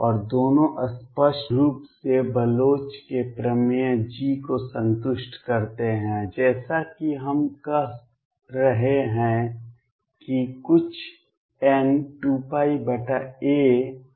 और दोनों स्पष्ट रूप से बलोच के प्रमेय G को संतुष्ट करते हैं जैसा कि हम कह रहे हैं कि कुछ n2πa है